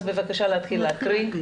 אז בבקשה להתחיל להקריא.